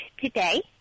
Today